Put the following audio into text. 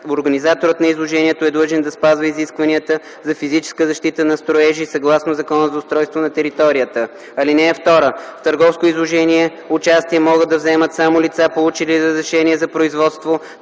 организаторът на изложението е длъжен да спазва изискванията за физическа защита на строежи съгласно Закона за устройство на територията. (2) В търговско изложение участие могат да вземат само лица, получили разрешение за производство,